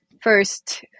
first